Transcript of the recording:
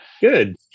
good